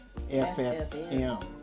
FFM